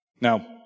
Now